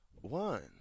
one